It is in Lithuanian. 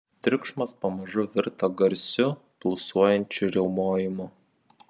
triukšmas pamažu virto garsiu pulsuojančiu riaumojimu